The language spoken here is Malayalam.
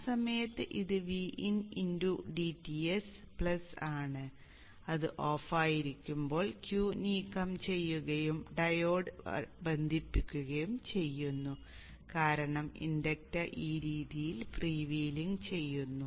ആ സമയത്ത് അത് Vin dTs ആണ് അത് ഓഫ് ആയിരിക്കുമ്പോൾ Q നീക്കം ചെയ്യുകയും ഡയോഡ് ബന്ധിപ്പിക്കുകയും ചെയ്യുന്നു കാരണം ഇൻഡക്റ്റർ ഈ രീതിയിൽ ഫ്രീ വീലിംഗ് ചെയ്യുന്നു